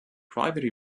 private